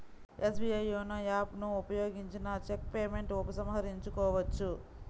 SBI YONO app ను ఉపయోగించిన check payment ఉపసంహరించుకోవచ్చు